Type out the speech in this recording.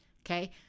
Okay